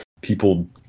people